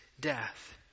death